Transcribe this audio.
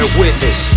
witness